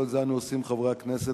כל זה אנו עושים, חברי הכנסת.